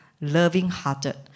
loving-hearted